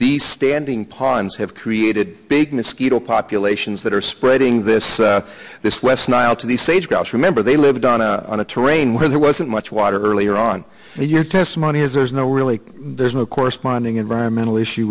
the standing ponds have created big mosquito populations that are spreading this this west nile to the sage grouse remember they lived on a on a terrain where there wasn't much water earlier on and your testimony is there's no really there's no corresponding environmental issue